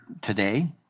today